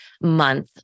month